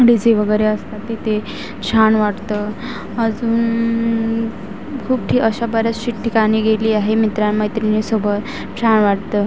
D J वगैरे असतात तिथे छान वाटतं अजून खूप ठि अशा बऱ्याचशी ठिकाणी गेली आहे मित्रांमैत्रिणींसोबत छान वाटतं